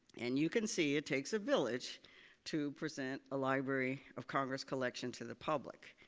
and you can see it takes a village to present a library of congress collection to the public.